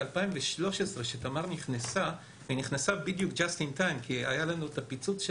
ב-2013 כשתמר נכנסה והיא נכנסה בדיוק בזמן כי היה לנו הפיצוץ של